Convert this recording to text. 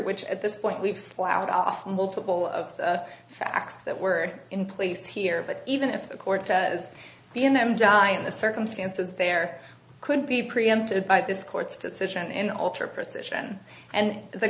which at this point we've slouched off a multiple of the facts that were in place here but even if the court has been them giant the circumstances there could be preempted by this court's decision in alter procession and the